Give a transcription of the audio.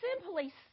simply